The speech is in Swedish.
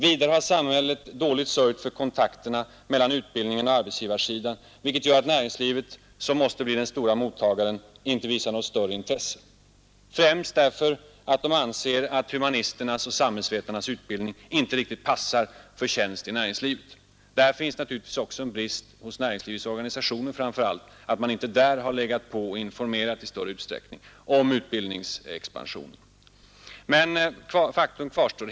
Vidare har samhället dåligt sörjt för kontakterna mellan utbildningen och arbetsgivarsidan, vilket gör att näringslivet, som måste bli den stora mottagaren, inte visat något större intresse, framför allt därför att man anser att humanisternas och samhällsvetarnas utbildning inte riktigt passar för tjänst i näringslivet. Det finns också en brist hos näringslivets organisationer, framför allt genom att man inte där legat på och informerat i större utsträckning om utbildningsexpansionen. Men faktum kvarstår.